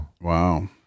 Wow